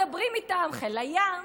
מדברים איתם: חיל הים,